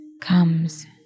comes